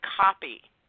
copy